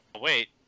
wait